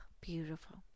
beautiful